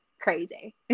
crazy